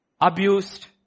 abused